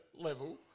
level